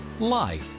life